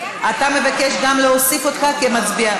אתה מבקש גם להוסיף אותך כמצביע?